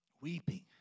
Weeping